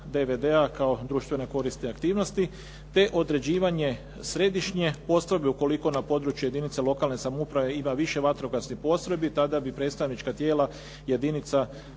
DVD-a kao društveno korisne aktivnosti, te određivanje središnje postrojbe ukoliko na području jedinica lokalne samouprave ima više vatrogasnih postrojbi, tada bi predstavnička tijela jedinica